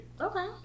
Okay